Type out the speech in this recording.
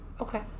okay